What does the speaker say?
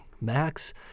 Max